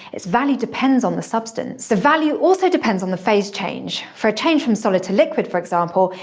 its value depends on the substance. the value also depends on the phase change. for a change from solid to liquid, for example,